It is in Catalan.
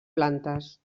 plantes